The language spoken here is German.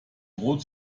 droht